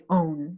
own